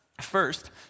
First